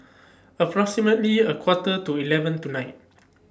approximately A Quarter to eleven tonight